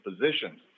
positions